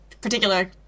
particular